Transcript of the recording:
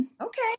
Okay